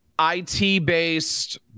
IT-based